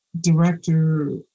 director